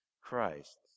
Christ